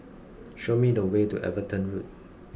show me the way to Everton Road